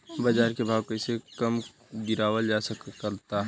बाज़ार के भाव कैसे कम गीरावल जा सकता?